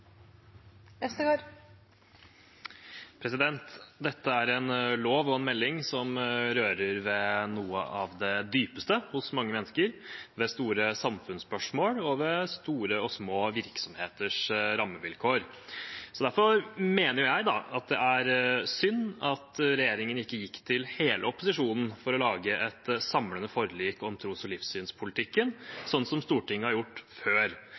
en lov og en proposisjon som rører ved noe av det dypeste hos mange mennesker, ved store samfunnsspørsmål og ved store og små virksomheters rammevilkår. Derfor mener jeg det er synd at regjeringen ikke gikk til hele opposisjonen for å lage et samlende forlik om tros- og livssynspolitikken, sånn som Stortinget har gjort før.